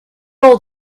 old